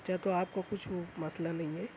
اچھا تو آپ کو کچھ مسئلہ نہیں ہے